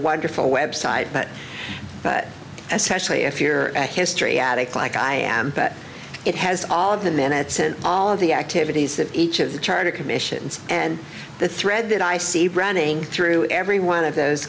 wonderful website but especially if you're at history attic like i am but it has all of the minutes and all of the activities that each of the charter commissions and the thread that i see branding through every one of those